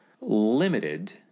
limited